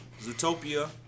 Zootopia